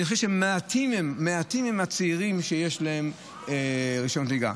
אני חושב שמעטים הם הצעירים שיש להם רישיון נהיגה.